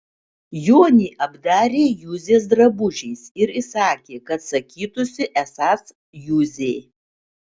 jonį apdarė juzės drabužiais ir įsakė kad sakytųsi esąs juzė